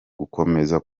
gukomeza